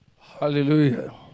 Hallelujah